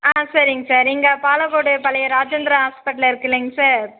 ஆ சரிங்க சார் இங்கே பாலக்கோடு பழைய இராஜேந்திரா ஹாஸ்பெட்டலு இருக்கு இல்லைங்க சார்